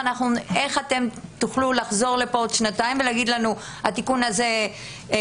איך אתם תוכלו לחזור לפה עוד שנתיים ולהגיד לנו: התיקון הזה עמד,